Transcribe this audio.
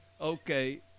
Okay